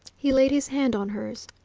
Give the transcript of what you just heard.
he laid his hand on hers.